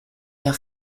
der